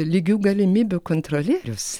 lygių galimybių kontrolierius